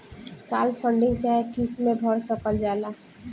काल funding चाहे किस्त मे भर सकल जाला